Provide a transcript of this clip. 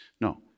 No